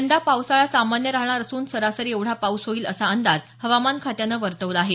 यंदा पावसाळा सामान्य राहणार असून सरासरी एवढा पाऊस होईल असा अंदाज हवामान खात्यानं वर्तवला आहे